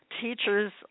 Teachers